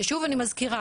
שוב אני מזכירה,